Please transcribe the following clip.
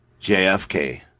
JFK